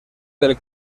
del